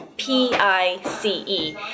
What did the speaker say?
P-I-C-E